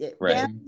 right